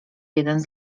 jeden